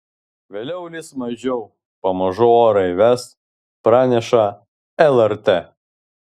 vėliau lis mažiau pamažu orai vės praneša lrt